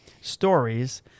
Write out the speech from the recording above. stories